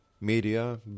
Media